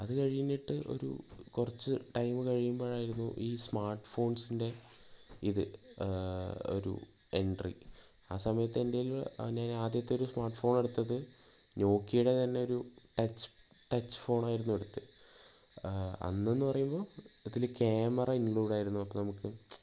അതു കഴിഞ്ഞിട്ട് ഒരു കുറച്ച് ടൈം കഴിയുമ്പോഴായിരുന്നു ഈ സ്മാർട്ട് ഫോൺസിന്റെ ഇത് ഒരു എൻട്രി ആ സമയത്ത് എന്റെ കയ്യിലൊരു ഞാൻ ആദ്യത്തെ സ്മാർട്ട് ഫോൺ എടുത്തത് നോക്കിയയുടെ തന്നൊരു ടച്ച് ടച്ച് ഫോൺ ആയിരുന്നു എടുത്തത് അന്നെന്ന് പറയുമ്പോൾ ഇതിൽ ക്യാമറ ഇൻക്ലൂഡ് ആയിരുന്നു അപ്പോൾ നമുക്ക്